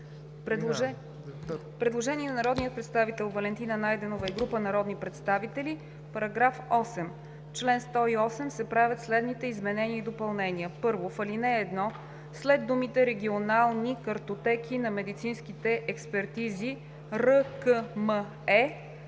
Предложение на народния представител Валентина Найденова и група народни представители: „§ 8. В чл. 108 се правят следните изменения и допълнения: 1. В ал. 1 след думите „регионални картотеки на медицинските експертизи (РКМЕ).“